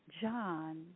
John